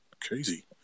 crazy